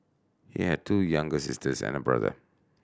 he had two younger sisters and brother